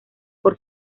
por